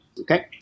okay